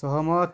ସହମତ